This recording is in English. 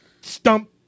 stump